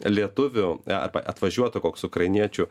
lietuvių arba atvažiuotų koks ukrainiečių